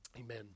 Amen